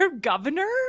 governor